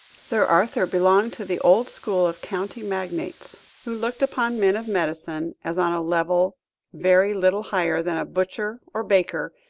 sir arthur belonged to the old school of county magnates, who looked upon men of medicine as on a level very little higher than a butcher or baker,